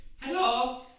Hello